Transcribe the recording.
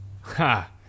ha